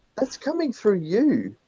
cuts coming from you.